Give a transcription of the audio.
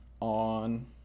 on